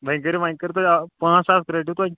وۄنۍ کٔرِو وۄنۍ کٔرِو تُہۍ پٲنٛژھ ساس رٔٹِو تُہۍ